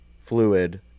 fluid